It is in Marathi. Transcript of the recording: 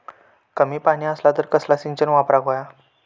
कमी पाणी असला तर कसला सिंचन वापराक होया?